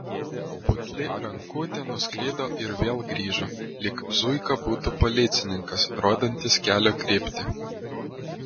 putli rankutė nuskrido ir vėl grįžo lyg zuika būtų policininkas rodantis kelio kryptį